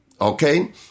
Okay